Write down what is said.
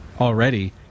already